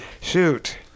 Shoot